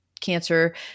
cancer